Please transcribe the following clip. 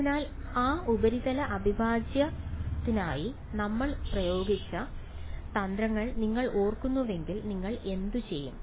അതിനാൽ ആ ഉപരിതല അവിഭാജ്യത്തിനായി നമ്മൾ ഉപയോഗിച്ച തന്ത്രങ്ങൾ നിങ്ങൾ ഓർക്കുന്നുവെങ്കിൽ നിങ്ങൾ എന്ത് ചെയ്യും